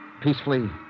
Peacefully